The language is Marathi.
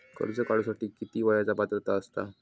कर्ज काढूसाठी किती वयाची पात्रता असता?